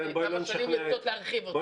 כמה שנים לנסות להרחיב אותו --- קרן,